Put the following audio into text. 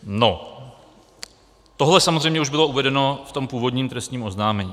No, tohle samozřejmě už bylo uvedeno v původním trestním oznámení.